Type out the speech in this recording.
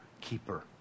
keeper